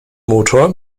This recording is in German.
motor